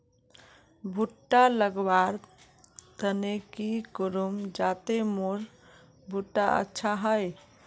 भुट्टा लगवार तने की करूम जाते मोर भुट्टा अच्छा हाई?